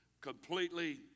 completely